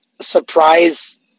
surprise